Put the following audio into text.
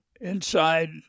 inside